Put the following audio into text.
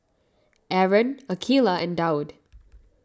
Aaron Aqeelah and Daud